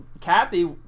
Kathy